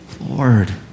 Lord